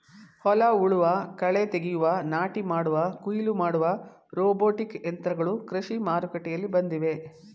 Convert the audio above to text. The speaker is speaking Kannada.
ಹೊಲ ಉಳುವ, ಕಳೆ ತೆಗೆಯುವ, ನಾಟಿ ಮಾಡುವ, ಕುಯಿಲು ಮಾಡುವ ರೋಬೋಟಿಕ್ ಯಂತ್ರಗಳು ಕೃಷಿ ಮಾರುಕಟ್ಟೆಯಲ್ಲಿ ಬಂದಿವೆ